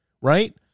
right